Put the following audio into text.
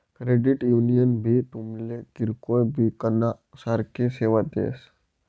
credit union भी तुमले किरकोय ब्यांकना सारखी सेवा देस